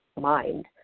mind